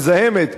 מזהמת.